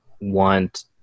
want